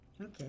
Okay